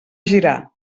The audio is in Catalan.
girar